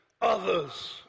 others